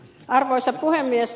arvoisa puhemies